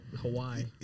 Hawaii